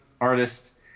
artist